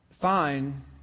Fine